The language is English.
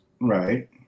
Right